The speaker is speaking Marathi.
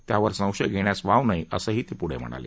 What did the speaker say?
त्यावर संशय घेण्यास वाव नाही असंही ते पुढे म्हणाले